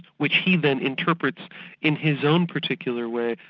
which he then interprets in his own particular way,